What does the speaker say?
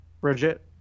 Bridget